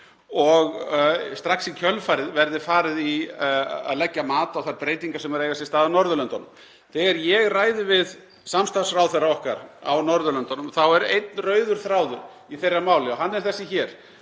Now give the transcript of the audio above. að strax í kjölfarið verði farið í að leggja mat á þær breytingar sem eru að eiga sér stað á Norðurlöndunum. Þegar ég ræði við samstarfsráðherra okkar á Norðurlöndunum er einn rauður þráður í þeirra máli og hann er þessi hér: